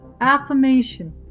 affirmation